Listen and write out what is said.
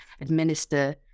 administer